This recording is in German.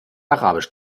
arabisch